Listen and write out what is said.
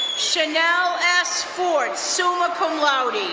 chanel s. ford, summa cum laude.